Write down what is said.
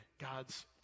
God's